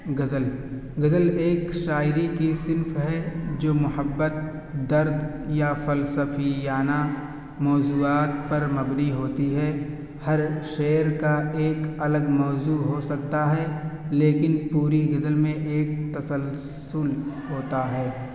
غزل غزل ایک شاعری کی صنف ہے جو محبت درد یا فسلفیانہ موضوعات پر مبنی ہوتی ہے ہر شعر کا ایک الگ موضوع ہو سکتا ہے لیکن پوری غزل میں ایک تسلسل ہوتا ہے